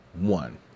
one